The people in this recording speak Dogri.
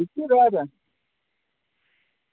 इक्कै घर